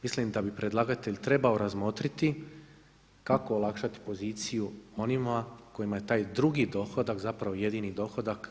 Mislim da bi predlagatelj trebao razmotriti kako olakšati poziciju onima kojima je taj drugi dohodak zapravo jedini dohodak.